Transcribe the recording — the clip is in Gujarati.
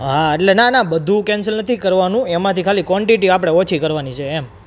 હા એટલે ના ના બધું કેન્સલ નથી કરવાનું એમાંથી ખાલી કોન્ટીટી આપણે ઓછી કરવાની છે એમ